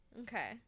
okay